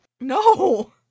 No